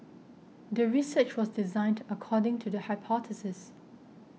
the research was designed according to the hypothesis